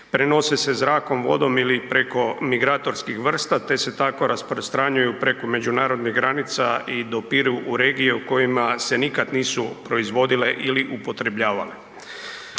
Prenose se zrakom, vodom ili preko migratorskih vrsta te se tako rasprostranjuju preko međunarodnih granica i dopiru u regije u kojima se nikada nisu proizvodile ili upotrebljavale.